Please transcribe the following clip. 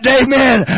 amen